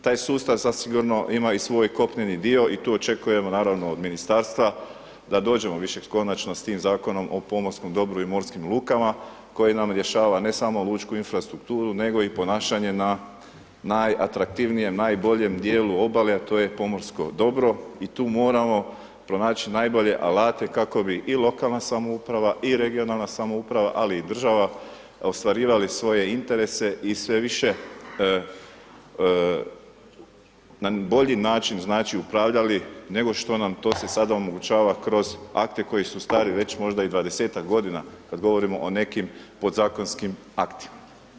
Taj sustav zasigurno ima i svoj kopneni dio i tu očekujemo, naravno, od ministarstva da dođemo više konačno s tim Zakonom o pomorskom dobru i morskim lukama, koji nam rješava, ne samo lučku infrastrukturu, nego i ponašanje na najatraktivnijem, najboljem dijelu obale, a to je pomorsko dobro i tu moramo pronaći najbolje alate kako bi i lokalna samouprava i regionalna samouprave, ali i država ostvarivali svoje interese i sve više, na bolji način, znači, upravljali nego što nam to se sada omogućava kroz akte koji su stari već možda i 20-tak godina kad govorimo o nekim podzakonskim aktima.